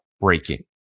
breaking